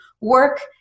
work